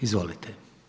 Izvolite.